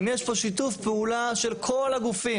אם יש פה שיתוף פעולה של כל הגופים,